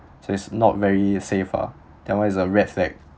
just not very safe ah that [one] is a red flag